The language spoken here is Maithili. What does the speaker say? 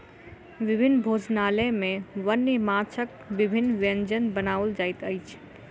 विभिन्न भोजनालय में वन्य माँछक विभिन्न व्यंजन बनाओल जाइत अछि